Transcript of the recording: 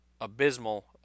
abysmal